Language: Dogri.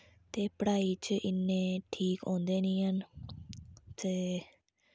ते पढ़ाई च इन्ने ठीक होंदे नी हैन ते